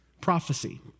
prophecy